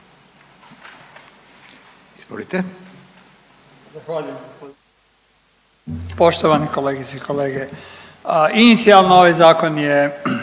Izvolite.